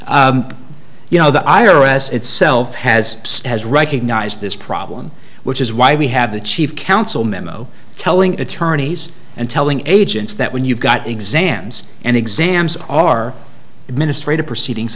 you know the iris itself has has recognized this problem which is why we have the chief counsel memo telling attorneys and telling agents that when you've got exams and exams are administrative proceedings